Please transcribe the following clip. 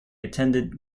attended